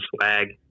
swag